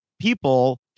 people